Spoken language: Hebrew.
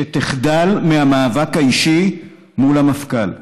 ראוי שתחדל מהמאבק האישי מול המפכ"ל.